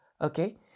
okay